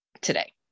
today